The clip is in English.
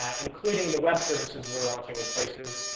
ah including the web services we're launching with places,